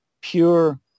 pure